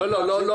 מאוד חשובה,